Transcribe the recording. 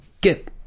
get